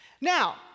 Now